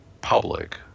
public